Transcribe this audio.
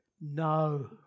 No